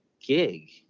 gig